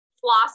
floss